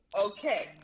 okay